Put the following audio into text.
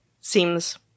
Seems